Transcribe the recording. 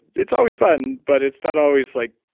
it's always fun, but it's not always, like